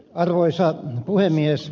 arvoisa puhemies